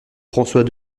françois